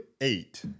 eight